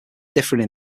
differing